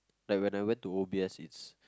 like when I went to O_B_S it's